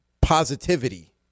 positivity